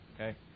okay